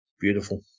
Beautiful